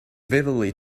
vividly